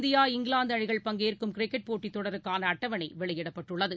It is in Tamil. இந்தியா இங்கிலாந்துஅணிகள் பங்கேற்கும் கிரிக்கெட் போட்டித் தொடருக்கானஅட்டவனைவெளியிடப்பட்டுள்ளது